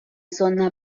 zona